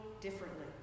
differently